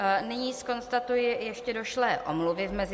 Nyní zkonstatuji ještě došlé omluvy v mezičase.